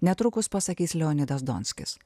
netrukus pasakys leonidas donskis